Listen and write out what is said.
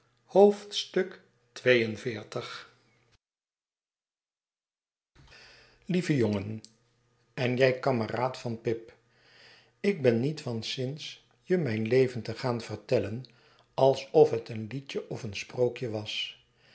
lieve jongen en jij kameraad van pip ik ben niet van zins je myn leven te gaan vertellen alsof het een liedje of een sprookje was